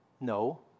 No